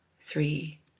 three